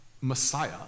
Messiah